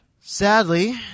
Sadly